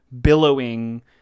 billowing